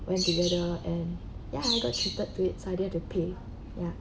went together and ya I got treated to it so I don't have to pay ya